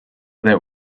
that